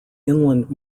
inland